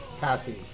passes